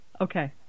Okay